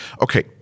Okay